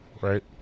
right